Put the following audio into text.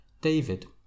David